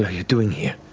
are you doing here?